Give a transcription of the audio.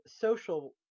social